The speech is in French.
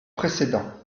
précédent